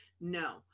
no